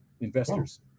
investors